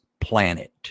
planet